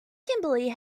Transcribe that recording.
kimberly